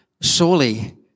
surely